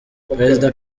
perezida